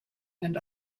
and